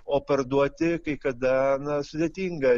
o parduoti kai kada na sudėtinga